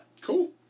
Cool